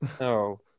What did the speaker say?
No